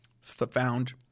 found